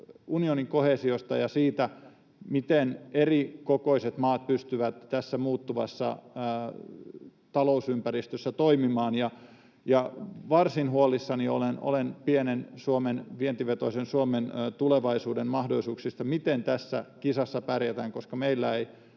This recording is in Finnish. unionin koheesiosta ja siitä, miten erikokoiset maat pystyvät tässä muuttuvassa talousympäristössä toimimaan. Varsin huolissani olen pienen, vientivetoisen Suomen tulevaisuuden mahdollisuuksista, miten tässä kisassa pärjätään, koska meillä ei